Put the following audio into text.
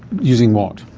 using what?